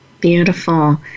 Beautiful